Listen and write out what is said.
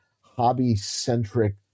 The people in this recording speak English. hobby-centric